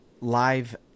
live